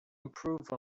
improve